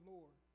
Lord